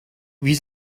wie